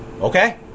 okay